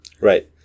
Right